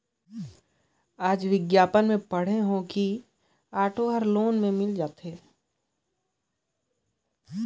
आएज अखबार में बिग्यापन पढ़े हों कि ऑटो हर लोन में मिल जाथे